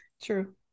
True